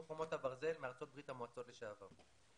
חומת הברזל מארצות ברית המועצות לשעבר.